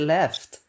left